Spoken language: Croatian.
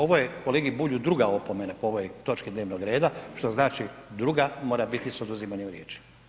Ovo je kolegi Bulju 2. opomena po ovoj točki dnevnog reda, što znači druga, mora biti isto oduzimanje riječi.